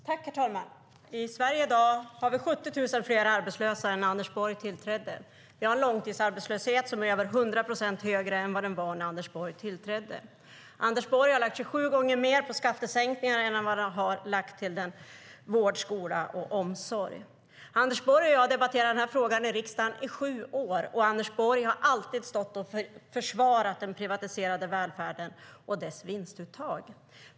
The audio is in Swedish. Herr talman! I Sverige i dag har vi 70 000 fler arbetslösa än när Anders Borg tillträdde. Vi har en långtidsarbetslöshet som är över 100 procent högre än den var när Anders Borg tillträdde. Anders Borg har lagt 27 gånger mer på skattesänkningar än på vård, skola och omsorg. Anders Borg och jag har debatterat den här frågan i riksdagen i sju år, och han har alltid försvarat den privatiserade välfärden och dess vinstuttag.